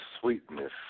sweetness